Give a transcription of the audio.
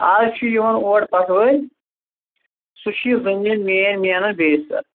آز چھُ یوان اورٕ پٹھوٲرۍ سُہ چھُ یہِ زٔمیٖن مین مینان بیٚیہِ سر